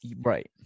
Right